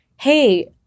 hey